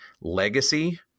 legacy